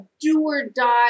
do-or-die